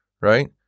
Right